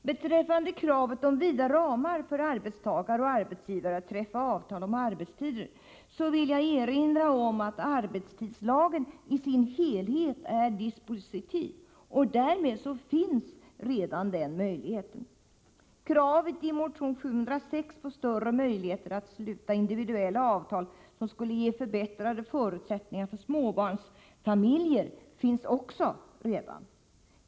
Beträffande kravet på vida ramar för arbetstagare och arbetsgivare när det gäller att träffa avtal om arbetstider, vill jag erinra om att arbetstidslagen i sin helhet är dispositiv, och därmed finns redan den möjligheten. Kravet i motion 706 på större möjligheter att sluta individuella avtal, som skulle ge förbättrade förutsättningar för småbarnsfamiljer, finns också redan tillgodosett.